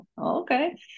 okay